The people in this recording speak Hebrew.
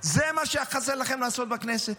זה מה שהיה חסר לכם לעשות בכנסת?